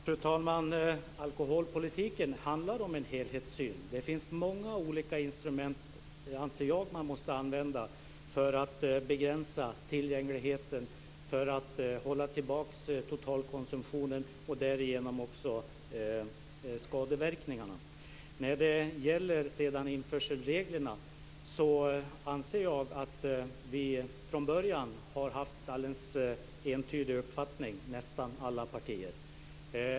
Fru talman! Alkoholpolitiken handlar om en helhetssyn. Det finns många olika instrument, anser jag, som man måste använda för att begränsa tillgängligheten och hålla tillbaka totalkonsumtionen och därigenom också skadeverkningarna. När det sedan gäller införselreglerna anser jag att vi från början har haft en alldeles entydig uppfattning i nästan alla partier.